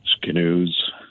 canoes